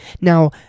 Now